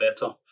better